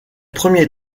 premiers